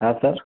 हां सर